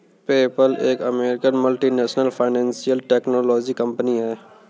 PayPal एक अमेरिकी multinational financial technology company है